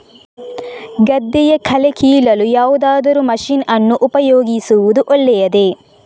ಗದ್ದೆಯ ಕಳೆ ಕೀಳಲು ಯಾವುದಾದರೂ ಮಷೀನ್ ಅನ್ನು ಉಪಯೋಗಿಸುವುದು ಒಳ್ಳೆಯದೇ?